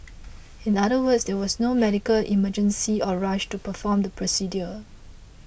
in other words there was no medical emergency or rush to perform the procedure